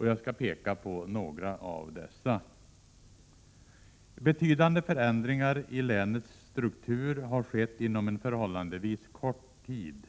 Jag skall peka på några av dessa. Betydande förändringar i länets struktur har skett inom en förhållandevis kort tid.